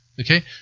Okay